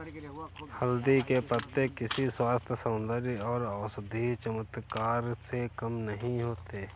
हल्दी के पत्ते किसी स्वास्थ्य, सौंदर्य और औषधीय चमत्कार से कम नहीं होते